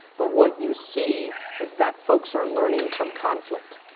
but what you see is that folks are learning from conflict.